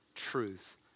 truth